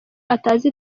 atazi